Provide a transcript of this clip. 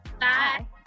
Bye